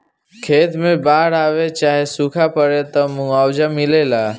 खेत मे बाड़ आवे चाहे सूखा पड़े, त मुआवजा मिलेला